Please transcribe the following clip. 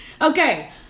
Okay